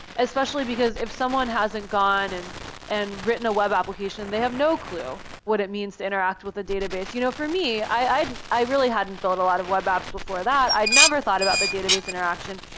especially because if someone hasn't gone and and written a web application, they have no clue what it means to interact with a database. you know for me, i i really hadn't built a lot of web apps before that. i never thought about the database interaction.